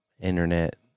internet